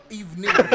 evening